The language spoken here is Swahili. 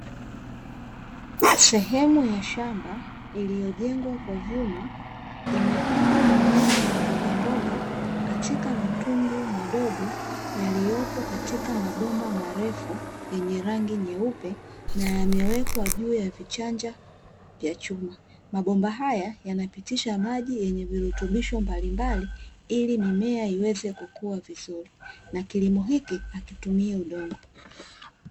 Sehemu ya shamba iliyojengwa kwa vyuma imepandwa mimea ya mbogamboga katika matundu madogo yaliyopo katika mabomba marefu yenye rangi nyeupe na yamewekwa juu ya vichanja vya chuma. Mabomba haya yanapitisha maji yenye virutubisho mbalimbali, ili mimea iweze kukua vizuri na kilimo hiki hakitumii udongo.